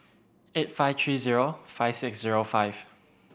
eight five three zero five six zero five